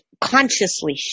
consciously